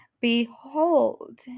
Behold